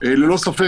ללא ספק.